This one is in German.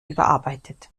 überarbeitet